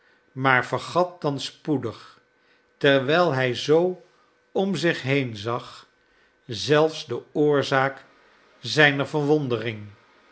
maar vergat dan spoedig terwijl hij zoo om zich heen zag zelfs deoorzaak zijner verwondering